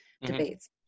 debates